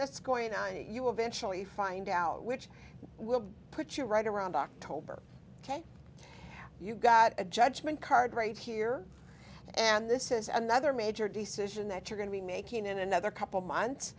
that's going on you will eventually find out which will put you right around october ok you've got a judgment card rate here and this is another major decision that you're going to be making in another couple months